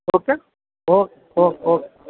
okay okay okay okay